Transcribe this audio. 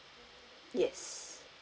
yes